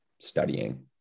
studying